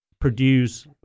produce